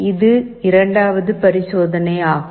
இது இரண்டாவது பரிசோதனை ஆகும்